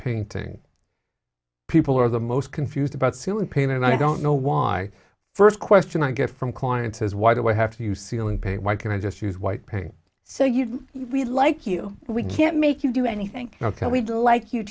painting people are the most confused about suing pain and i don't know why first question i get from clients is why do i have to use ceiling pay why can i just use white paint so you really like you we can't make you do anything ok we'd like you